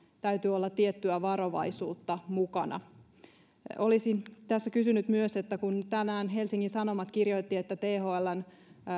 täytyy olla tiettyä varovaisuutta mukana olisin tässä kysynyt myös siitä kun tänään helsingin sanomat kirjoitti että thln